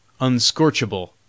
Unscorchable